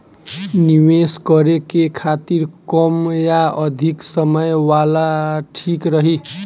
निवेश करें के खातिर कम या अधिक समय वाला ठीक रही?